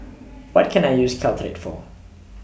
What Can I use Caltrate For